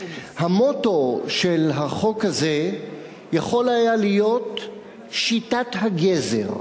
המוטו של החוק הזה יכול היה להיות "שיטת הגזר".